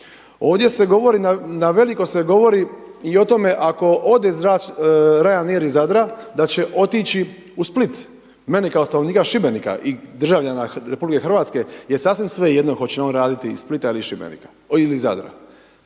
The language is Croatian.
Ovdje se govori, na veliko se govori i o tome ako ode Ryanair iz Zadra da će otići u Split. Meni kao stanovnika Šibenika i državljana RH je sasvim svejedno hoće li on raditi iz Splita ili iz Zadra.